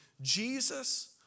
Jesus